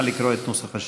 נא לקרוא את נוסח השאילתה.